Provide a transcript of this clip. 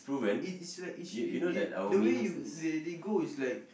it is like it's you you the way you they they go is like